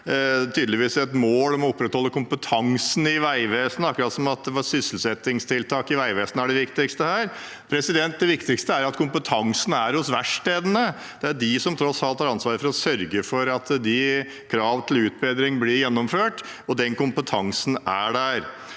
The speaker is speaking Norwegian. et mål om å opprettholde kompetansen i Vegvesenet – akkurat som om sysselsettingstiltak i Vegvesenet er det viktigste her. Det viktigste er jo at kompetansen er hos verkstedene. Det er de som tross alt har ansvaret for å sørge for at krav til utbedring blir gjennomført, og den kompetansen er der.